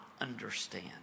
understand